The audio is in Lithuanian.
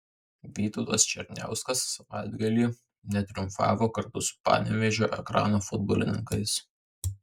vytautas černiauskas savaitgalį netriumfavo kartu su panevėžio ekrano futbolininkais